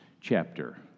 chapter